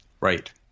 Right